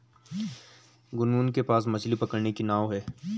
गुनगुन के पास मछ्ली पकड़ने की नाव है